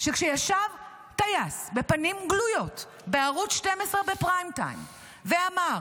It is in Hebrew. שכשיש טייס בפנים גלויות בערוץ 12 בפריים טיים ואמר: